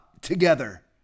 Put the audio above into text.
together